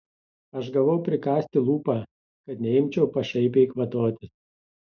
aš gavau prikąsti lūpą kad neimčiau pašaipiai kvatotis